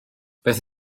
beth